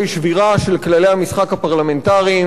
זוהי שבירה של כללי המשחק הפרלמנטריים.